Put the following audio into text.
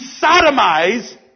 sodomize